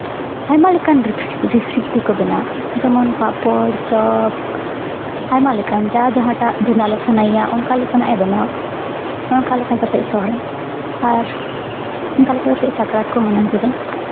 ᱟᱭᱢᱟ ᱞᱮᱠᱟᱱ ᱨᱮᱥᱤᱯᱤ ᱠᱚ ᱵᱮᱱᱟᱣᱟ ᱡᱮᱢᱚᱱ ᱯᱟᱯᱚᱲ ᱪᱚᱯ ᱟᱭᱢᱟ ᱞᱮᱠᱟᱱ ᱡᱟᱦᱟᱸᱭ ᱡᱟᱦᱟᱸᱴᱟᱜ ᱵᱮᱱᱟᱣᱞᱮ ᱥᱟᱱᱟᱭᱮᱭᱟ ᱚᱱᱠᱟ ᱞᱮᱠᱟᱱᱟᱜᱼᱮ ᱵᱮᱱᱟᱣᱟ ᱚᱱᱠᱟ ᱞᱮᱠᱟ ᱠᱟᱛᱮᱜ ᱥᱚᱦᱚᱭᱨᱟ ᱟᱨ ᱚᱱᱠᱟ ᱞᱮᱠᱟ ᱠᱟᱛᱮᱜ ᱥᱟᱠᱨᱟᱛ ᱠᱚ ᱢᱟᱱᱟᱣ ᱠᱮᱫᱟ